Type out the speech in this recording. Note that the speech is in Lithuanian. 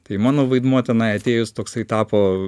tai mano vaidmuo tenai atėjus toksai tapo